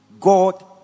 God